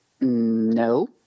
no